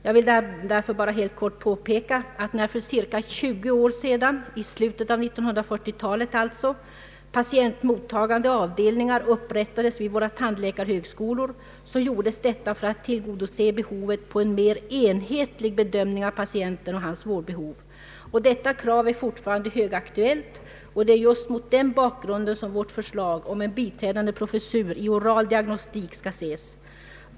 Jag vill därför bara helt kort påpeka att när för cirka 20 år sedan — alltså i slutet av 1940-talet — patientmottagande avdelningar upprättades vid våra tandläkarhögskolor gjordes detta för att tillgodose behovet av en mer enhetlig bedömning av patienten och hans vårdbehov. Detta krav är fortfarande högaktuellt, och det är just mot den bakgrunden som vårt förslag om en biträdande professur i oral diagnostik skall ses.